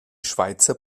schweizer